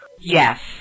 Yes